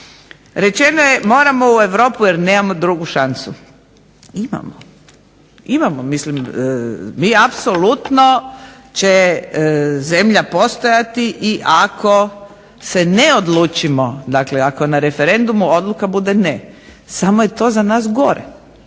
Rečeno je moramo u Europu jer nemamo drugu šansu. Imamo, imamo. Mislim mi, apsolutno će zemlja postojati i ako se ne odlučimo, dakle ako na referendumu odluka bude ne. Samo je to za nas gore.